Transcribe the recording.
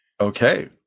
Okay